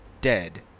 dead